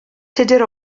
tudur